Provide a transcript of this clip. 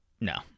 No